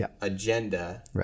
agenda